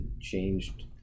changed